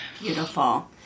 Beautiful